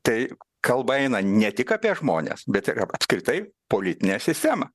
tai kalba eina ne tik apie žmones bet ir apskritai politinę sistemą